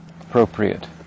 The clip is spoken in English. appropriate